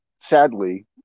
sadly